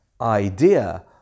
idea